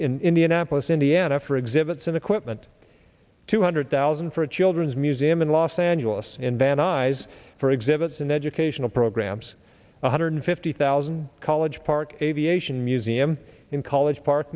apolis indiana for exhibits and equipment two hundred thousand for a children's museum in los angeles in van nuys for exhibits and educational programs one hundred fifty thousand college park aviation museum in college park